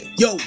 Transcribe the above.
yo